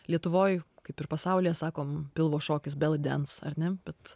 lietuvoj kaip ir pasaulyje sakom pilvo šokis bela dens ar ne bet